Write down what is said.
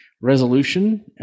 resolution